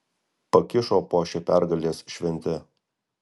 pakišo po šia pergalės švente